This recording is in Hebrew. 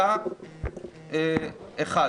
אני מבקש לשמור על העיקרון הזה גם הפעם,